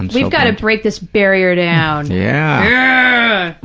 and we've got to break this barrier down. yeah.